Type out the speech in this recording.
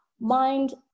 mind